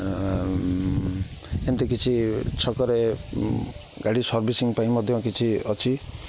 ଏମିତି କିଛି ଛକରେ ଗାଡ଼ି ସର୍ଭିସିଂ ପାଇଁ ମଧ୍ୟ କିଛି ଅଛି